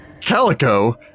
calico